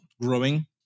growing